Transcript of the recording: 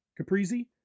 Caprizi